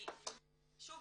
כי שוב,